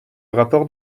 rapport